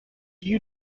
you